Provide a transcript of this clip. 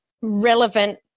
relevant